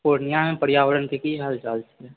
पूर्णिया मे पर्यावरणके की हाल चाल छै